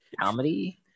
comedy